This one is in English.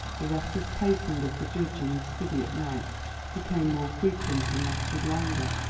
the restless pacing of the judge in his study at nights became more frequent and lasted longer.